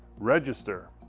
register